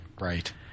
Right